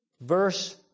verse